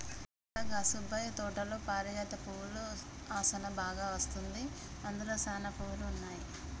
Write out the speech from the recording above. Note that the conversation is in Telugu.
రంగా గా సుబ్బయ్య తోటలో పారిజాత పువ్వుల ఆసనా బాగా అస్తుంది, అందులో సానా పువ్వులు ఉన్నాయి